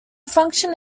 function